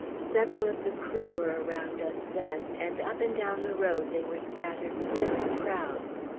several of the crew were around us then, and up and down the road they were scattered still in crowds.